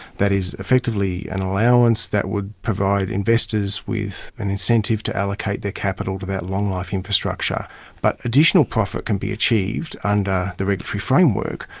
that is effectively an allowance that would provide investors with an incentive to allocate their capital to that long-life infrastructure. but additional profit can be achieved under the regulatory framework,